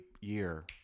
year